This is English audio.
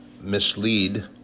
mislead